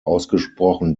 ausgesprochen